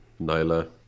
Nyla